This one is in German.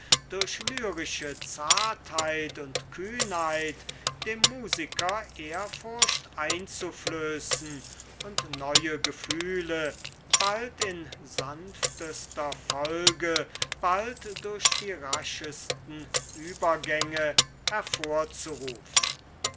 durch lyrische zartheit und kühnheit dem musiker ehrfurcht einzuflößen und neue gefühle bald in sanftester folge bald durch die raschesten übergänge hervorzurufen